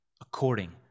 according